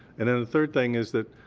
and then the third thing is that